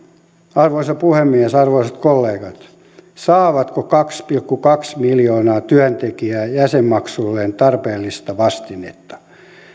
arvoisa puhemies arvoisat kollegat saavatko kaksi pilkku kaksi miljoonaa työntekijää jäsenmaksulleen tarpeellista vastinetta